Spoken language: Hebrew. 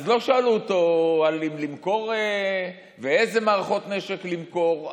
אז לא שאלו אותו אם למכור ואיזה מערכות נשק למכור,